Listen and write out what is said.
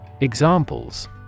Examples